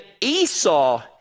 Esau